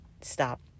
stop